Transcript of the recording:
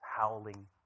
Howling